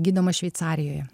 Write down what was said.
gydomas šveicarijoje